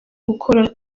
gukora